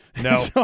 No